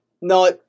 no